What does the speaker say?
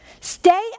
Stay